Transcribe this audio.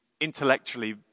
intellectually